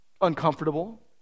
uncomfortable